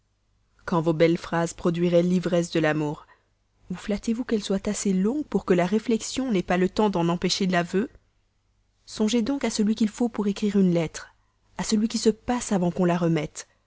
quand vos belles phrases produiraient une ivresse assez forte pour décider cette femme vous flattez-vous qu'elle soit assez longue pour que la réflexion n'ait pas le temps d'en empêcher l'aveu songez donc au temps qu'il faut pour écrire une lettre à celui qui se passe avant qu'on la remette